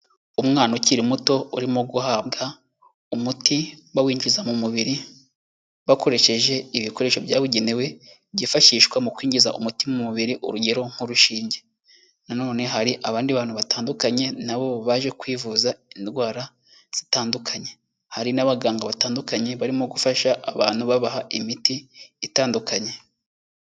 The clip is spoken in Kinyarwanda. Umwana ukiri muto urimo guhabwa umuti bawinjiza mu mubiri bakoresheje ibikoresho byabugenewe, byifashishwa mu kwinjiza umuti mu mubiri urugero nk'urushinge, nanone hari abandi bantu batandukanye nabo baje kwivuza indwara zitandukanye, hari n'abaganga batandukanye barimo gufasha abantu babaha imiti itandukanye.